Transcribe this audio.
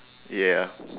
ya